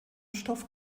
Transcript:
stoff